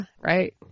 right